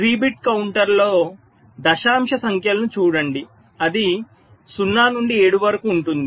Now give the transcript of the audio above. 3 bit కౌంటర్లో దశాంశ సంఖ్యలను చూడండి అది 0 నుండి 7 వరకు ఉంటుంది